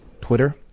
Twitter